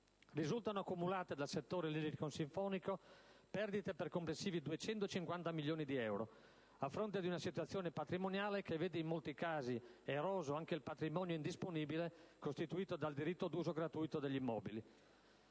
Risultano accumulate dal settore lirico-sinfonico perdite per complessivi 250 milioni di euro, a fronte di una situazione patrimoniale che vede in molti casi eroso anche il patrimonio indisponibile, costituito dal diritto d'uso gratuito degli immobili.